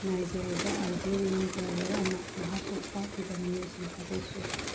ꯅꯥꯏꯖꯔꯗ Algerian driver ꯑꯃ ꯃꯍꯥꯛꯄꯨ ꯐꯥꯈꯤꯕ ꯃꯤꯑꯣꯏꯁꯤꯡ ꯊꯥꯗꯣꯛꯈ꯭ꯔꯦ